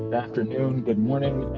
afternoon, good morning